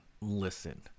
Listen